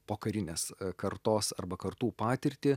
pokarinės kartos arba kartų patirtį